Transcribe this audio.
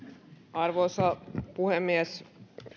arvoisa puhemies